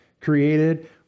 created